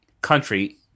country